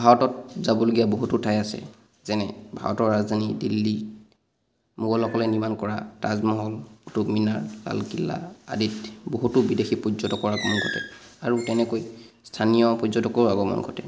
ভাৰতত যাবলগীয়া বহুতো ঠাই আছে যেনে ভাৰতৰ ৰাজধানী দিল্লী মোগলসকলে নিৰ্মাণ কৰা তাজমহল কুতুবমিনাৰ লালকিল্লা আদিত বহুতো বিদেশী পৰ্যটকৰ আগমন ঘটে আৰু তেনেকৈ স্থানীয় পৰ্যটকৰো আগমন ঘটে